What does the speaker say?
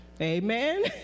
Amen